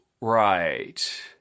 right